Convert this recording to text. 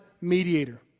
mediator